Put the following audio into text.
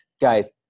guys